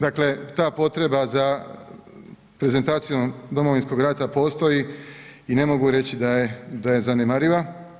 Dakle, ta potreba za prezentacijom Domovinskog rata postoji i ne mogu reći da je zanemariva.